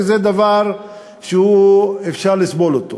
שזה דבר שאפשר לסבול אותו.